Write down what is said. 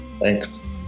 Thanks